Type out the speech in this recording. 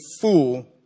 fool